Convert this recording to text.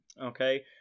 Okay